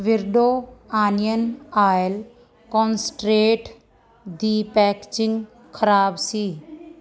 ਬਿਰਡੋ onion oil concentrate ਦੀ packaging ਖ਼ਰਾਬ ਸੀ